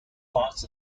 parts